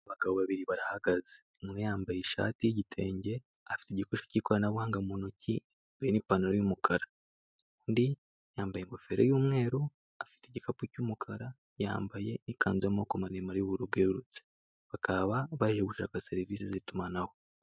Abagabo babiri barahagaze, umwe yambaye ishati y'igitenge, afite igikoresho cy'ikoranabuhanga mu ntoki yambaye n'ipantaro y'umukara, undi yambaye ingofero y'umweru, afite igikapu cy'umukara, yambaye ikanzu y'amoboko maremare y'ubururu bwererutse, bakaba baje gushaka serivisi z'itumanaho.